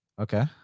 Okay